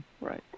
right